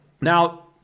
Now